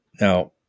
Now